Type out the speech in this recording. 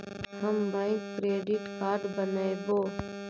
हम bank credit card बनैवो?